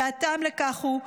והטעם לכך הוא,